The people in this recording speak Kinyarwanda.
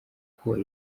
uko